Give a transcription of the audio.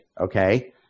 okay